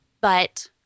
but-